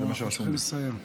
אנחנו צריכים לסיים.